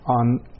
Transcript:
on